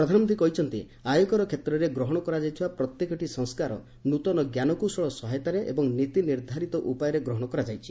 ପ୍ରଧାନମନ୍ତ୍ରୀ କହିଛନ୍ତି ଆୟକର କ୍ଷେତ୍ରେ ଗ୍ରହଣ କରାଯାଇଥିବା ପ୍ରତ୍ୟେକଟି ସଂସ୍କାର ନୃତନ ଜ୍ଞାନକୌଶଳ ସହାୟତାରେ ଏବଂ ନୀତି ନିର୍ଦ୍ଧାରିତ ଉପାୟରେ ଗ୍ରହଣ କରାଯାଇଛି